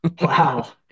Wow